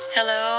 Hello